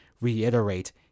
reiterate